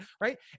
right